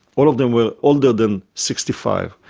all of them were older than sixty five.